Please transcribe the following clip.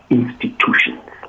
institutions